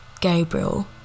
Gabriel